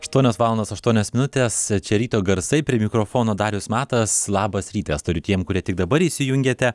aštuonios valandas aštuonios minutės čia ryto garsai prie mikrofono darius matas labas rytas tariu tiem kurie tik dabar įsijungėte